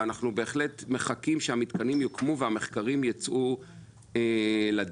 ואנחנו בהחלט מחכים שהמתקנים יוקמו ושמחקרים ייצאו לדרך.